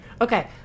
Okay